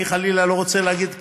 אני, חלילה, לא רוצה להגיד כלום,